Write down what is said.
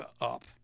up